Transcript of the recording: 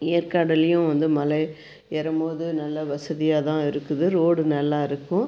ஏற்காடுலையும் வந்து மலை ஏறும்போது நல்ல வசதியாகதான் இருக்குது ரோடு நல்லா இருக்கும்